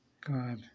God